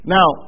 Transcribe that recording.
Now